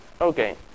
okay